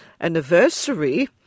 anniversary